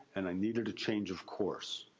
and i needed a change of course.